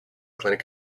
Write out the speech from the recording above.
clinic